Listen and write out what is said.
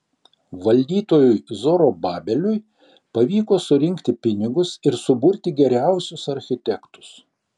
valdytojui zorobabeliui pavyko surinkti pinigus ir suburti geriausius architektus